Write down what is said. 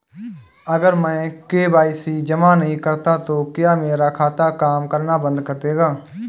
अगर मैं के.वाई.सी जमा नहीं करता तो क्या मेरा खाता काम करना बंद कर देगा?